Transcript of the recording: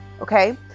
Okay